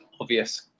obvious